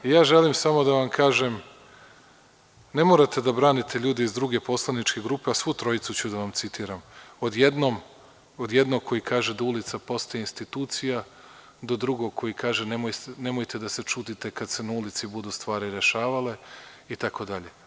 Ja želim samo da vam kažem ne morate da branite ljude iz druge poslaničke grupe, a svu trojicu ću da vam citiram od jednog koji kaže da ulica postaje institucija, do drugog koji kaže nemojte da se čudite kada se na ulici budu stvari rešavale i td.